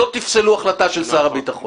לא תפסלו החלטה של שר הביטחון?